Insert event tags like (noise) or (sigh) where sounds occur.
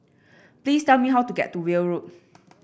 please tell me how to get to Weld Road (noise)